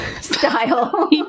style